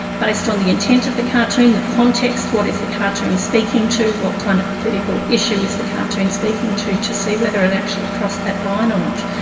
based on the intent of the cartoon, the context, what is the cartoon speaking to, what kind of political issue is the cartoon speaking to, to see whether it actually crossed that line or not.